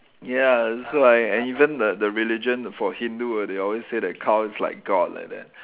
ya so I and even the the religion for Hindu they always say that cow is like God like that